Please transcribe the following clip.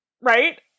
right